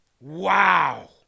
Wow